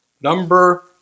Number